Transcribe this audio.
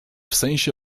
sensie